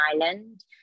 island